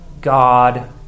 God